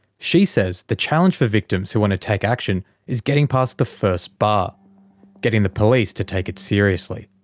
she says, the challenge for victims who want to take action is getting past the first bar getting the police to take it seriously.